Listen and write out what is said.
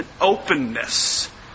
openness